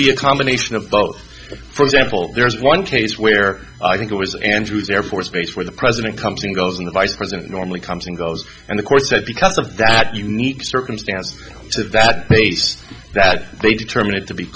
be a combination of both for example there is one case where i think it was andrews air force base where the president comes in goes in the vice president normally comes and goes and the course says because of that unique circumstance of that base that they determine it to be